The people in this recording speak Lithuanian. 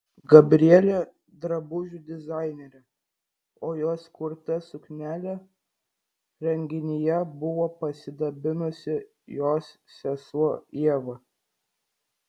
gabrielė drabužių dizainerė o jos kurta suknele renginyje buvo pasidabinusi jos sesuo ieva